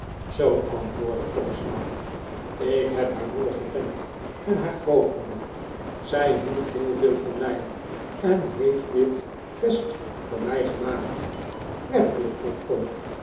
zoo antwoordde tom smart ik heb haar moeder gekend en haar grootmoeder zij hield heel veel van mij en heeft dit vest voor mij gemaakt werkelijk vroeg tom